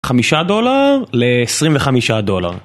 חמישה דולר לעשרים וחמישה דולר.